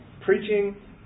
Preaching